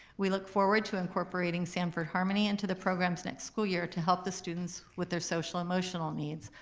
we look forward to incorporating sanford harmony into the programs next school year to help the students with their social emotional needs,